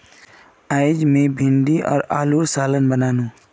अयेज मी भिंडी आर आलूर सालं बनानु